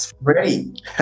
ready